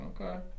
okay